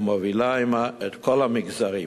ומובילה עמה את כל המגזרים.